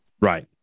Right